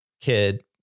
kid